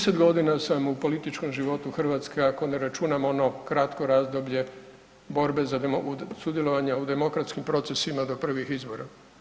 30 godina sam u političkom životu Hrvatske, ako ne računamo ono kratko razdoblje borbe za, sudjelovanje u demokratskim procesima do prvih izbora.